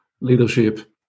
leadership